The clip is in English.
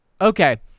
Okay